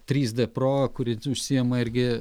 trys d pro kuri užsiima irgi